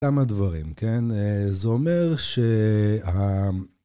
כמה דברים, כן? זה אומר שה...